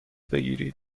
بگیرید